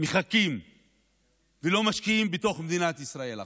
מחכים ולא משקיעים בתוך מדינת ישראל עכשיו.